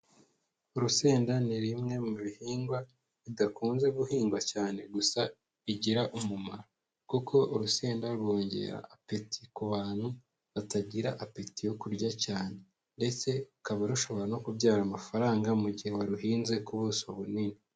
Urusenda ni bimwe mu bihingwa bidakunze guhingwa cyane, gusa bigira umumaro kuko urusenda rwongera apeti ku bantu batagira apeti yo kurya cyane ndetse rukaba rushobora no kubyara amafaranga mu gihe waruhinze ku buso bunini.